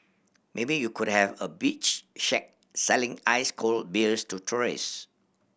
maybe you could have a beach shack selling ice cold beers to tourists